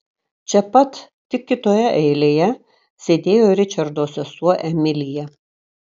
čia pat tik kitoje eilėje sėdėjo ričardo sesuo emilija